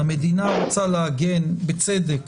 המדינה רוצה להגן בצדק